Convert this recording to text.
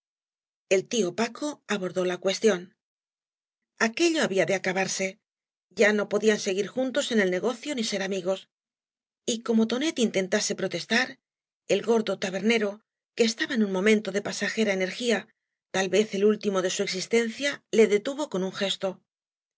el tío paco abordó la cuestión aquello había de acabarse ya no podían seguir juntos el negocio ni ser amigos y como tonet intentase protestar el gordo tabernero que estaba en un momento de pasajera energía tal vez el último de su existencia le detuvo con un gesto